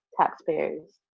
taxpayers